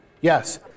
yes